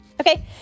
Okay